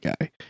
Guy